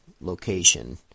location